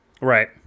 Right